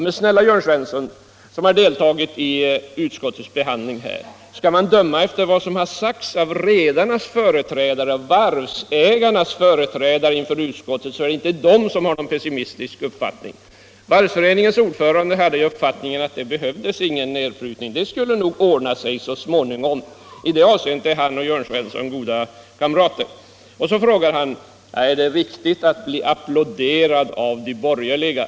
Men snälla Jörn Svensson, som deltagit i utskottets behandling, skall man döma efter vad som sagts av redarnas företrädare och varvsindustrins företrädare inför utskottet, så finns det inte någon pessimistisk uppfattning. Varvsföreningens ordförande hade uppfattningen att det inte behövdes någon nedprutning, det skulle nog ordna sig så småningom. I det avseendet är han och Jörn Svensson goda kamrater. Vidare frågar Jörn Svensson: Är det riktigt att bli applåderad av de borgerliga?